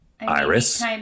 Iris